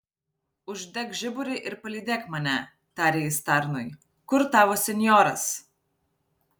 uždek žiburį ir palydėk mane tarė jis tarnui kur tavo senjoras